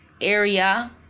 area